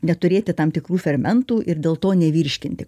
neturėti tam tikrų fermentų ir dėl to nevirškinti